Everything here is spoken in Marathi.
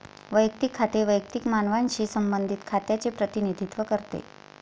वैयक्तिक खाते वैयक्तिक मानवांशी संबंधित खात्यांचे प्रतिनिधित्व करते